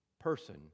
person